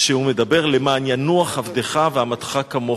"למען ינוח עבדך ואמתך כמוך".